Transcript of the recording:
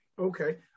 okay